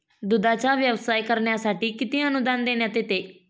दूधाचा व्यवसाय करण्यासाठी किती अनुदान देण्यात येते?